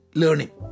learning